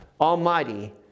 Almighty